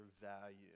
value